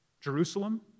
Jerusalem